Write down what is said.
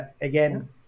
again